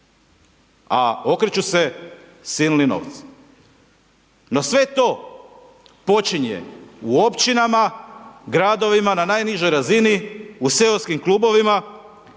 a okreću se silni novci. No sve to počinje u općinama, u gradovima, na najnižoj razini, u seksom klubovima,